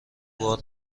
بار